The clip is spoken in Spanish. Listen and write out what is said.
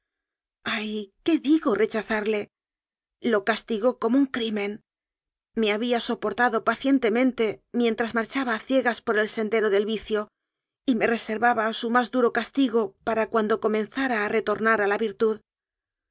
ay qué digo rechazarle lo castigó como un cri men me había soportado pacientemente mientras marchaba a ciegas por el sendero del vicio y me reservaba su más duro castigo para cuando co menzara a retornar a la virtud